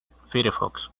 firefox